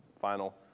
final